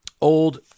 old